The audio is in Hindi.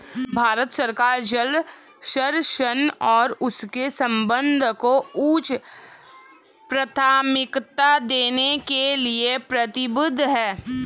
भारत सरकार जल संरक्षण और उसके प्रबंधन को उच्च प्राथमिकता देने के लिए प्रतिबद्ध है